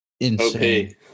insane